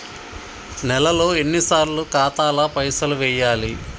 నెలలో ఎన్నిసార్లు ఖాతాల పైసలు వెయ్యాలి?